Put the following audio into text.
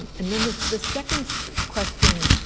and then the the second question